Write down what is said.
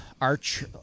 arch